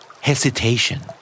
Hesitation